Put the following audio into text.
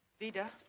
Vida